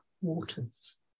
waters